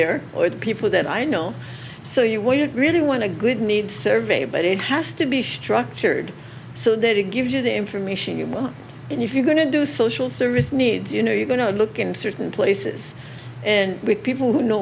there or the people that i know so you wouldn't really want a good need survey but it has to be structured so that it gives you the information you want and if you're going to do social service needs you know you're going to look in certain places and people who know